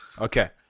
okay